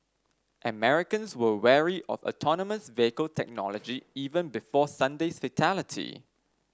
Americans were wary of autonomous vehicle technology even before Sunday's fatality